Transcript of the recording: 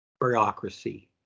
bureaucracy